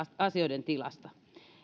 asioiden tilasta